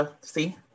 see